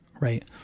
right